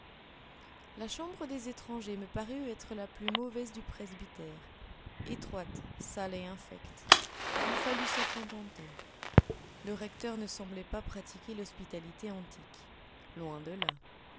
la chambre des étrangers me parut être la plus mauvaise du presbytère étroite sale et infecte il fallut s'en contenter le recteur ne semblait pas pratiquer l'hospitalité antique loin de là